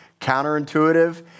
counterintuitive